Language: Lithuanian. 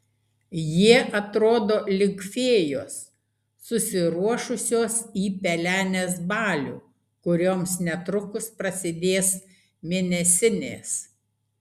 jie atrodo lyg fėjos susiruošusios į pelenės balių kurioms netrukus prasidės mėnesinės